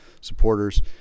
supporters